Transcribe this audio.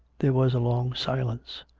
there was a long silence.